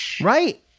Right